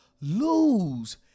lose